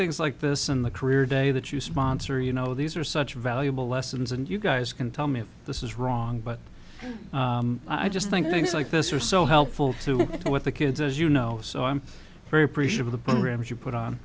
things like this on the career day that you sponsor you know these are such valuable lessons and you guys can tell me if this is wrong but i just think things like this are so helpful to what the kids as you know so i'm very appreciative of the programs you put on